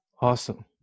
Awesome